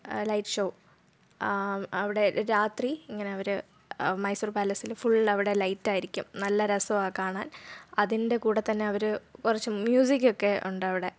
light show അവിടെ രാത്രി ഇങ്ങനെ അവർ മൈസൂർ പാലസിൽ ഫുൾ അവിടെ ലൈറ്റ് ആയിരിക്കും നല്ല രസമാണ് കാണാൻ അതിൻറെ കൂടെ തന്നെ അവരെ കുറച്ചു മ്യൂസിക് ഒക്കെ ഉണ്ട് അവിടെ